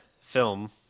film